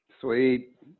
Sweet